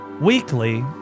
Weekly